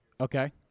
Okay